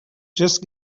just